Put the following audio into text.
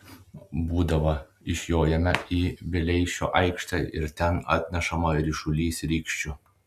būdavo išjojame į vileišio aikštę ir ten atnešama ryšulys rykščių